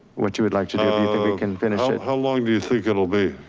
what you would like to do, if can finish it. how long do you think it'll be?